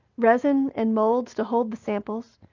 resin and molds to hold the samples,